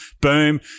boom